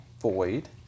void